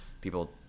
people